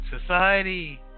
Society